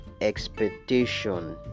expectation